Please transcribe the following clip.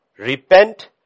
Repent